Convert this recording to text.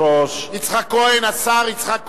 יצחק כהן, השר יצחק כהן,